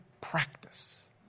practice